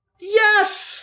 Yes